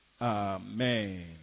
Amen